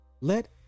Let